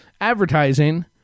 advertising